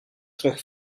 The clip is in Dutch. terug